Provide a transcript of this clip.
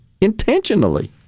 intentionally